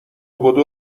بدو